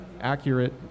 accurate